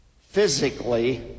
physically